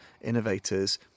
innovators